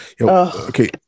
Okay